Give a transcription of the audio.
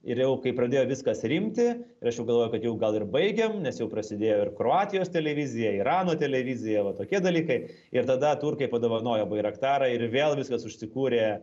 ir jau kai pradėjo viskas rimti ir aš jau galvojau kad jau gal ir baigiam nes jau prasidėjo ir kroatijos televizija irano televizija va tokie dalykai ir tada turkai padovanojo bairaktarą ir vėl viskas užsikūrė